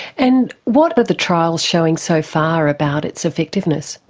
and what are the trials showing so far about its effectiveness?